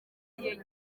yagiye